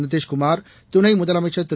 நிதிஷ்குமார் துணை முதலமைச்சர் திரு